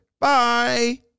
Bye